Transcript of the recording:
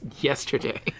yesterday